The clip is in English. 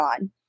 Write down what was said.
on